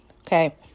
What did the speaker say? okay